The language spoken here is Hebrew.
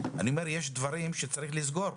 אני אומר - יש דברים שצריך לסגור.